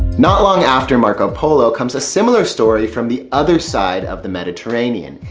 not long after marco polo comes a similar story from the other side of the mediterranean.